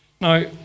Now